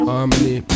Harmony